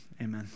Amen